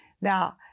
Now